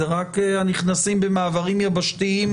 אלה רק הנכנסים במעברים יבשתיים